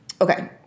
Okay